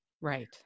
Right